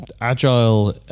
agile